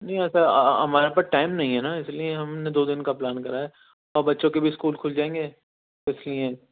نہیں ایسا ہمارے پاس ٹائم نہیں ہے نا اِس لئے ہم نے دو دِن کا پلان کرا ہے اور بچوں کے بھی اسکول کھل جائیں گے تو اِس لئے